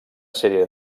sèrie